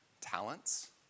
talents